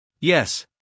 Yes